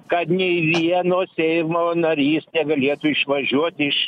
kad nei vieno seimo narys negalėtų išvažiuot iš